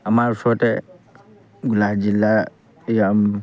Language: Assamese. আমাৰ ওচৰতে গোলাঘাট জিলা